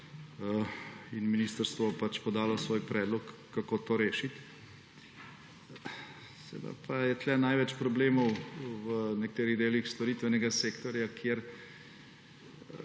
Ministrstvo bo podalo svoj predlog, kako to rešiti. Seveda pa je tu največ problemov v nekaterih delih storitvenega sektorja, kjer